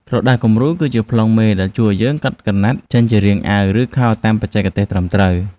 ក្រដាសគំរូ គឺជាប្លង់មេដែលជួយឱ្យយើងកាត់ក្រណាត់ចេញជារាងអាវ ឬខោតាមបច្ចេកទេសត្រឹមត្រូវ។